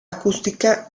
acústica